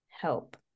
help